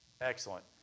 Excellent